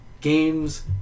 games